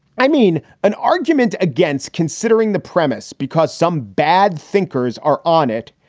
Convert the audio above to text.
i mean, an argument against considering the premise because some bad thinkers are on it,